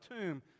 tomb